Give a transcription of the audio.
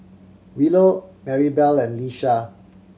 Willow Marybelle and Lisha